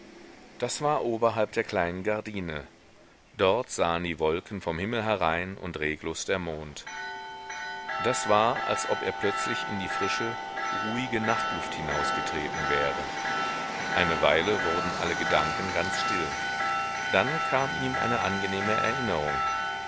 das war oberhalb der kleinen gardine dort sahen die wolken vom himmel herein und reglos der mond das war als ob er plötzlich in die frische ruhige nachtluft hinausgetreten wäre eine weile wurden alle gedanken ganz still dann kam ihm eine angenehme erinnerung